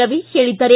ರವಿ ಹೇಳಿದ್ದಾರೆ